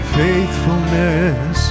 faithfulness